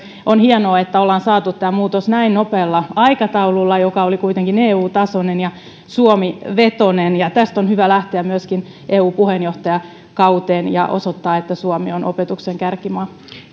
on hienoa että ollaan saatu näin nopealla aikataululla tämä muutos joka oli kuitenkin eu tasoinen ja suomi vetoinen ja tästä on hyvä lähteä myöskin eu puheenjohtajakauteen ja osoittaa että suomi on opetuksen kärkimaa